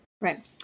right